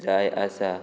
जाय आसा